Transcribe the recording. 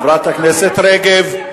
חברת הכנסת רגב.